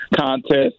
contest